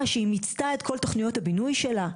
שהיא מיצתה את כל תכניות הבינוי שלה?